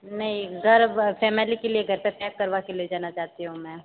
नहीं घर फैमिली के लिए घर पे पैक करवा के लेना जाना चाहती हूँ मैं